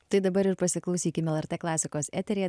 tai dabar ir pasiklausykime lrt klasikos eteryje